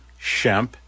Shemp